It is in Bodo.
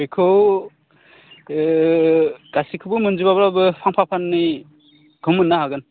बेखौ गासैखौबो मोनजोबाब्लाबो फांफा फांनैखौ मोननो हागोन